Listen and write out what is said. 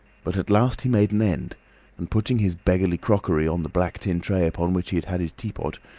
but at last he made an end and putting his beggarly crockery on the black tin tray upon which he had had his teapot,